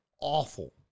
awful